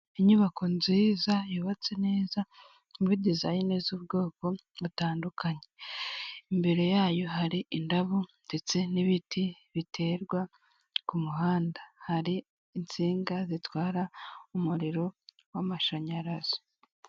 Inyubako nziza yubatse neza muri dezayini z'ubwoko butandukanye, imbere yayo hari indabo ndetse n'ibito biterwa kumuhanda, hari insinga zitwara umuriro w'amashanyarazi.